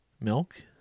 Milk